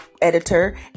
editor